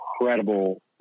incredible